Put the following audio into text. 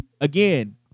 again